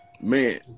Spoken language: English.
man